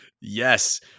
Yes